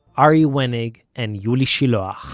ari wenig and yuli shiloach